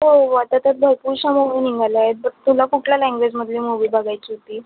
हो वाटलं तर भरपूरशा मूव्ही निघाल्या आहेत तर तुला कुठल्या लँग्वेजमधली मूव्ही बघायची होती